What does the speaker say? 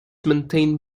maintained